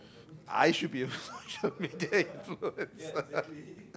I should be the one who should be a media influencer